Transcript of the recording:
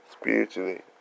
Spiritually